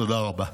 תודה רבה.